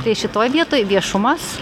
tai šitoj vietoj viešumas